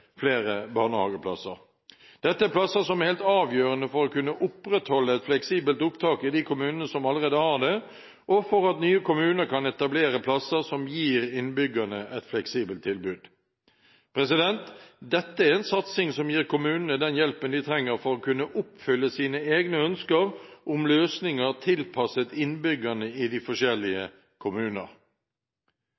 flere barnehageplasser. Dette er plasser som er helt avgjørende for å kunne opprettholde et fleksibelt opptak i de kommunene som allerede har det, og for at nye kommuner kan etablere plasser som gir innbyggerne et fleksibelt tilbud. Dette er en satsing som gir kommunene den hjelpen de trenger for å kunne oppfylle sine egne ønsker om løsninger tilpasset innbyggerne i de forskjellige